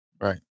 Right